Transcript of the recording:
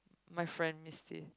my friend Misty